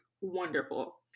Wonderful